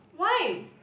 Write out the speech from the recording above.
why